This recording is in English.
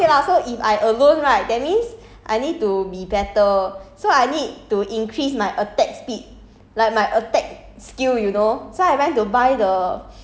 then after that after that 我就我就想 !aiya! okay lah so if I alone right that means I need to be better so I need to increase my attack speed